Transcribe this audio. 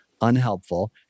unhelpful